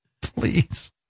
Please